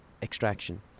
Extraction